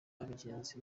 abagenzi